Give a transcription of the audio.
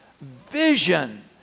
vision